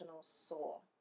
soul